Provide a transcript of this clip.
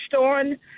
on